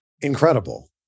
incredible